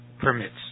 permits